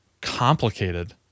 complicated